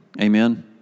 Amen